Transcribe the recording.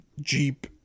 Jeep